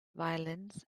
violins